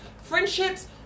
friendships